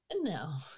no